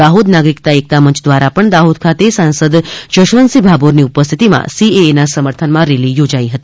દાહોદ નાગરિકતા એકતા મંચ દ્વાર પણ દાહોદ ખાતે સાંસદ જશવતસિંહ ભાભોરની ઉપસ્થિતિમાં સીએએના સમર્થનમાં રેલી યોજાઇ હતી